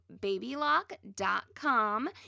BabyLock.com